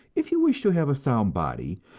if you wish to have a sound body,